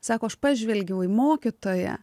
sako aš pažvelgiau į mokytoją